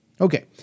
Okay